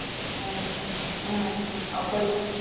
ꯎꯝ ꯎꯝ ꯑꯩꯈꯣꯏ